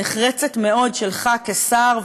נחרצת מאוד שלך כשר,